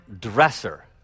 dresser